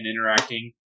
interacting